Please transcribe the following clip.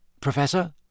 Professor